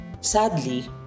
sadly